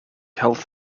health